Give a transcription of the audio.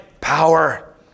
power